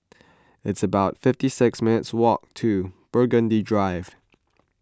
it's about fifty six minutes' walk to Burgundy Drive